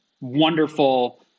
wonderful